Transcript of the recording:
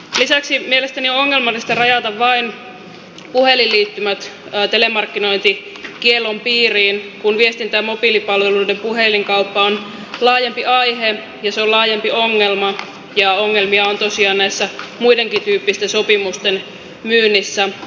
lisäksi mielestäni on ongelmallista rajata vain puhelinliittymät telemarkkinointikiellon piiriin kun viestintä ja mobiilipalveluiden puhelinkauppa on laajempi aihe ja se on laajempi ongelma ja ongelmia on tosiaan tässä muidenkin tyyppisten sopimusten myynnissä